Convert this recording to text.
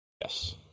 Yes